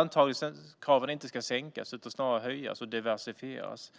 Antagningskraven ska inte sänkas utan snarare höjas och diversifieras.